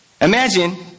Imagine